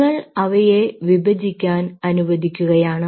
നിങ്ങൾ അവയെ വിഭജിക്കാൻ അനുവദിക്കുകയാണ്